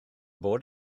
bod